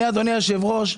אדוני היושב-ראש,